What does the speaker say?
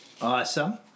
Awesome